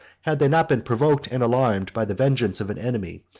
had they not been provoked and alarmed by the vengeance of an enemy,